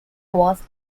was